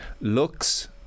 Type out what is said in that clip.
looks